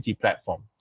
platform